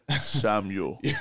Samuel